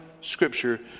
Scripture